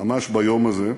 ממש ביום הזה,